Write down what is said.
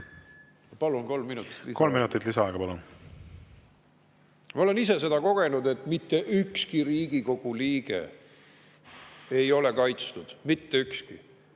Palun kolm minutit lisaks. Kolm minutit lisaaega, palun! Ma olen ise seda kogenud, et mitte ükski Riigikogu liige ei ole kaitstud. Mitte ükski!